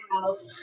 house